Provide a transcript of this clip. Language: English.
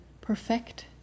perfect